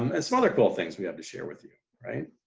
um and some other cool things we have to share with you, right?